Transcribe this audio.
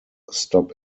stop